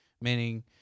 meaning